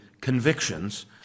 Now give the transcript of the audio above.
convictions